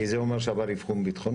כי זה אומר שהוא עבר אבחון ביטחוני.